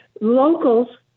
Locals